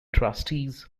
trustees